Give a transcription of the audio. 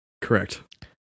Correct